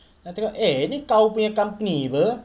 I tengok eh ini kau punya company apa